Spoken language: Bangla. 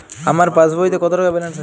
আমার পাসবইতে কত টাকা ব্যালান্স আছে?